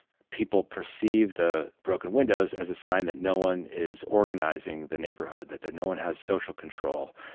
people perceive the broken windows as a sign that no one is organizing the neighborhood, that there no one has social control.